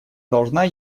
должна